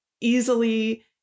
easily